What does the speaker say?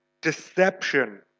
Deception